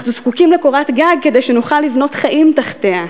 אנחנו זקוקים לקורת גג כדי שנוכל לבנות חיים תחתיה.